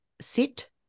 Sit